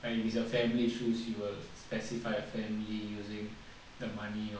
right it's your family issues you will pacify your family using the money or